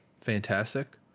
Fantastic